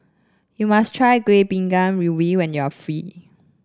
you must try Kueh Bingka Ubi when you are